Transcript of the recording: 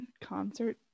concert